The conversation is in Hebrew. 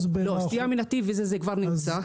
70% במערכות --- סטייה מנתיב זה כבר נמצא.